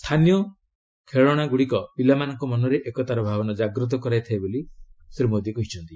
ସ୍ଥାନୀୟ ଖେଳାଣାଗୁଡ଼ିକ ପିଲାମାନଙ୍କ ମନରେ ଏକତାର ଭାବନା କାଗତ କରାଇଥାଏ ବୋଲି ସେ କହିଚ୍ଛନ୍ତି